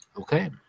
Okay